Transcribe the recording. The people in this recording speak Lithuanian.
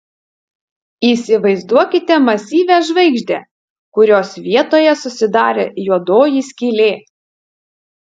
įsivaizduokite masyvią žvaigždę kurios vietoje susidarė juodoji skylė